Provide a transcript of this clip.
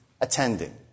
attending